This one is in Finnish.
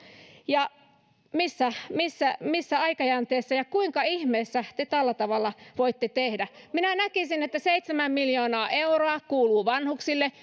ja missä missä aikajänteessä ja kuinka ihmeessä te tällä tavalla voitte tehdä minä näkisin että seitsemän miljoonaa euroa kuuluu vanhuksille